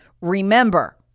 Remember